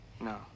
No